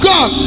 God